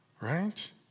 Right